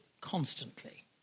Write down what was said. constantly